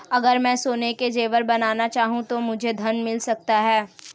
अगर मैं सोने के ज़ेवर बनाना चाहूं तो मुझे ऋण मिल सकता है?